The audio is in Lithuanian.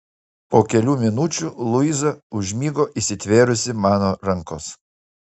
po kelių minučių luiza užmigo įsitvėrusi mano rankos